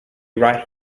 right